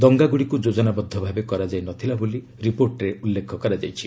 ଦଙ୍ଗାଗୁଡ଼ିକୁ ଯୋଜନାବଦ୍ଧ ଭାବେ କରାଯାଇ ନ ଥିଲା ବୋଲି ରିପୋର୍ଟରେ ଉଲ୍ଲେଖ କରାଯାଇଛି